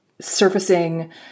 surfacing